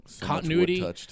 Continuity